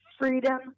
freedom